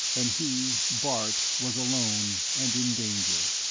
and he, bart, was alone and in danger.